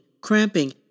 cramping